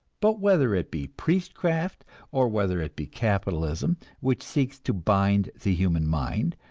but whether it be priestcraft or whether it be capitalism which seeks to bind the human mind,